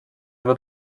wird